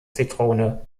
zitrone